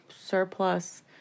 surplus